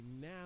now